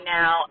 now